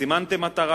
סימנתם מטרה,